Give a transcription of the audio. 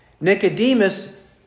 Nicodemus